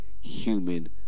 human